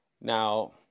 Now